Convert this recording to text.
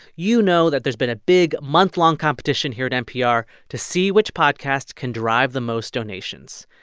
you know that there's been a big monthlong competition here at npr to see which podcast can drive the most donations.